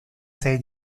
sei